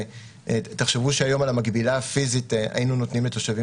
תחשבו שהיום על המקבילה הפיזית היינו נותנים לתושבים